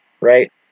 right